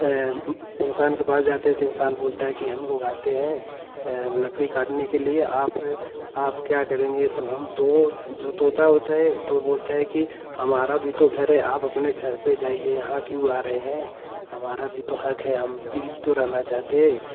इंसान के पास जाते हैं तो इंसान बोलता है कि हम लोग आते हैं लड़की काटने के लिए आप आप क्या करेंगे तो हम तो जो तोता होता है तो वह बोलता है कि हमारा भी तो घर है आप अपने घर पर जाइए यहाँ क्यों आ रहे हैं हमारा भी तो हक है हम भी तो रहना चाहते हैं